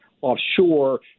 offshore